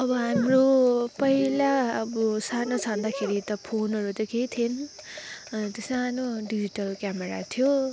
अब हाम्रो पहिला अब सानो सानो छँदाखेरि त फोनहरू त केही थिएन अन्त सानो डिजिटल क्यामेरा थियो